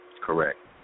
Correct